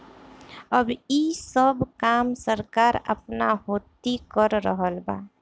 अब ई सब काम सरकार आपना होती कर रहल बा